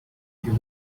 you